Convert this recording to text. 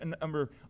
number